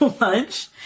lunch